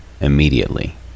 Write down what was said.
immediately